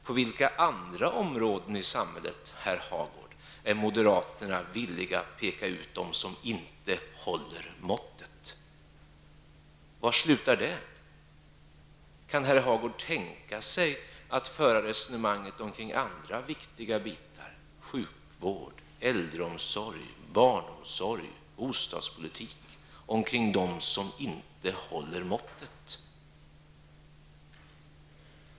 På vilka andra områden i samhället, herr Hagård, är moderaterna villiga att peka ut dem som inte håller måttet? Var slutar det? Kan herr Hagård tänka sig att föra resonemanget kring andra viktiga delar, t.ex. sjukvård, äldreomsorg, barnomsorg, bostadspolitik, kring de människor som inte håller måttet?